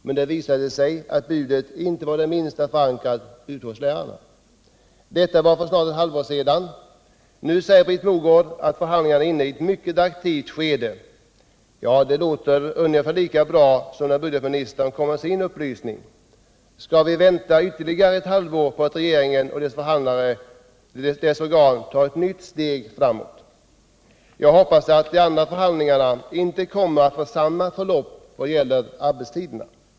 Men det visade sig att budet inte var det minsta förankrat hos lärarna. Detta var för snart ett halvt år sedan. Nu säger Britt Mogård att förhandlingarna är inne i ett mycket aktivt skede. Ja, det låter ungefär lika bra som när budgetministern lämnade sin upplysning. Skall vi vänta ännu ett halvår på att regeringen och dess förhandlande organ tar ytterligare ett steg framåt? Jag hoppas att de andra förhandlingarna inte kommer att få samma förlopp vad gäller arbetstiderna.